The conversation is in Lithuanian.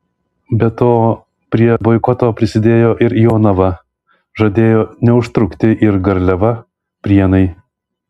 be to prie boikoto prisidėjo ir jonava žadėjo neužtrukti ir garliava prienai